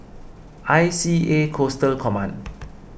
I C A Coastal Command